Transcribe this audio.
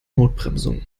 notbremsung